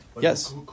Yes